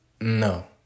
No